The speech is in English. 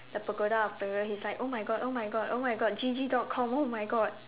the Pagoda of Peril he is like oh my god oh my god oh my god G_G dot com oh my god